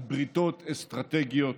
על בריתות אסטרטגיות,